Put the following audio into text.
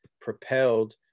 propelled